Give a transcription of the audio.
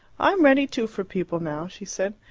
i'm ready, too, for people now, she said.